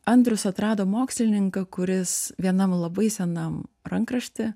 andrius atrado mokslininką kuris vienam labai senam rankrašty